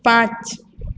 પાંચ